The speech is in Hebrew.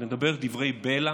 מדבר דברי בלע